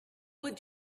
would